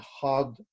hard